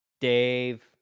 Dave